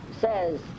says